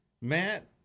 Matt